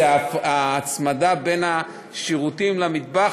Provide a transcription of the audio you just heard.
ההצמדה של השירותים למטבח,